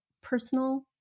personal